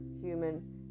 human